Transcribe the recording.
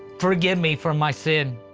forgive me for my sin.